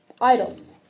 idols